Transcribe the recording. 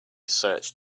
search